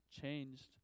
changed